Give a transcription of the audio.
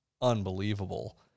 unbelievable